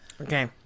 Okay